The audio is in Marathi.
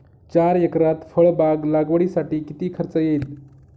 चार एकरात फळबाग लागवडीसाठी किती खर्च येईल?